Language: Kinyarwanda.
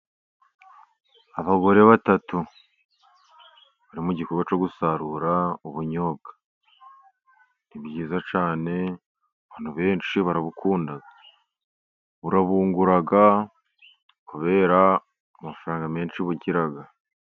Abagore batatu bari mu gikorwa cyo gusarura ubunyobwa. Ni byiza cyane abantu benshi barabukunda, burabungura kubera amafaranga menshi bugira.